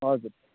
हजुर